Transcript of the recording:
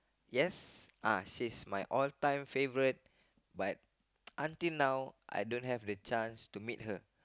yes uh she's my all time favorite but until now I don't have the chance to meet her